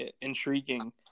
intriguing